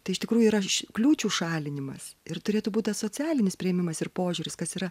tai iš tikrųjų yra kliūčių šalinimas ir turėtų būt tas socialinis priėmimas ir požiūris kas yra